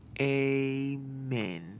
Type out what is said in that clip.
Amen